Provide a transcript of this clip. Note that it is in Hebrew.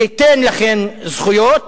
תיתן לכן זכויות,